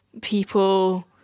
People